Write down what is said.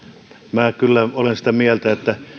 minä kyllä olen sitä mieltä että